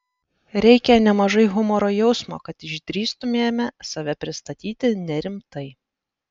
reikia nemažai humoro jausmo kad išdrįstumėme save pristatyti nerimtai